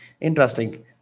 Interesting